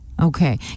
Okay